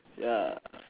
ya